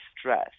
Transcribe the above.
stress